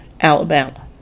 Alabama